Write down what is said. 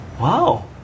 Wow